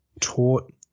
taught